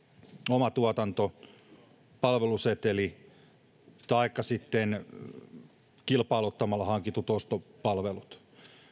omatuotanto palveluseteli taikka sitten kilpailuttamalla hankitut ostopalvelut